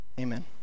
Amen